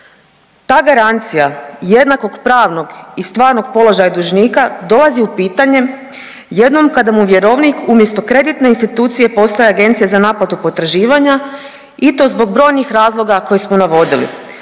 Ta garancija jednakog pravnog i stvarnog položaja dužnika dolazi u pitanje jednom kada mu vjerovnik umjesto kreditne institucije postaje agencija za naplatu potraživanja i to zbog brojnih razloga koje smo navodili,